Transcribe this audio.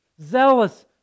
zealous